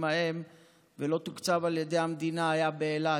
ההם ולא תוקצב על ידי המדינה היה באילת.